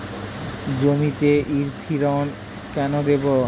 জমিতে ইরথিয়ন কেন দেবো?